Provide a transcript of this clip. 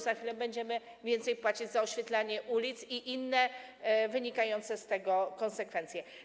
Za chwilę będziemy płacić więcej za oświetlanie ulic i inne wynikające z tego konsekwencje.